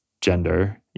gender